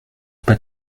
pas